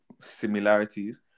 similarities